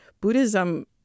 Buddhism